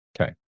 Okay